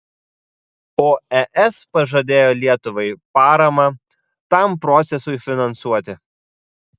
o es pažadėjo lietuvai paramą tam procesui finansuoti